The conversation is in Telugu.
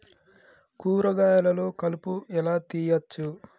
కూరగాయలలో కలుపు ఎలా తీయచ్చు?